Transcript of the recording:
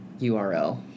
URL